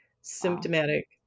symptomatic